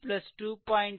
5 2